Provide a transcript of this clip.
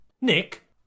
Nick